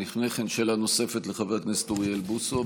לפני כן, שאלה נוספת, לחבר הכנסת אוריאל בוסו.